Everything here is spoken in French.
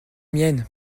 miennes